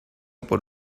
por